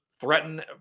threaten